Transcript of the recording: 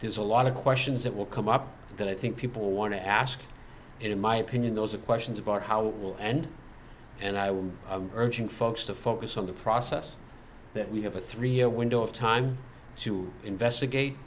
there's a lot of questions that will come up that i think people want to ask in my opinion those are questions about how it will end and i will urging folks to focus on the process that we have a three year window of time to investigate